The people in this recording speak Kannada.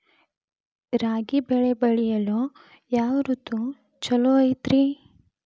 ರಾಗಿ ಬೆಳೆ ಬೆಳೆಯಲು ಯಾವ ಋತು ಛಲೋ ಐತ್ರಿ?